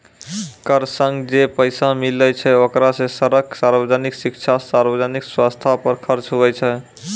कर सं जे पैसा मिलै छै ओकरा सं सड़क, सार्वजनिक शिक्षा, सार्वजनिक सवस्थ पर खर्च हुवै छै